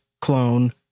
clone